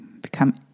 become